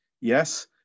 Yes